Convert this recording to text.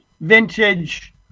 vintage